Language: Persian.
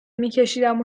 میکشیدم